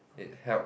it help